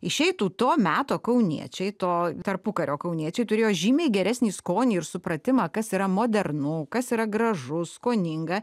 išeitų to meto kauniečiai to tarpukario kauniečiai turėjo žymiai geresnį skonį ir supratimą kas yra modernu kas yra gražu skoninga